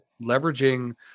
leveraging